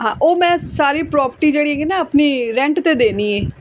ਹਾਂ ਉਹ ਮੈਂ ਸਾਰੀ ਪ੍ਰੋਪਰਟੀ ਜਿਹੜੀ ਹੈਗੀ ਨਾ ਆਪਣੀ ਰੈਂਟ 'ਤੇ ਦੇਣੀ ਏ